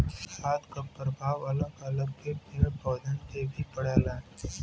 खाद क परभाव अगल बगल के पेड़ पौधन पे भी पड़ला